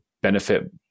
benefit